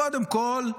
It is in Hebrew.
קודם כל,